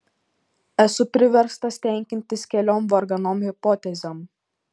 esu priverstas tenkintis keliom varganom hipotezėm